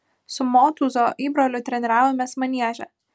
su motūzo įbroliu treniravomės manieže